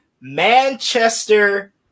Manchester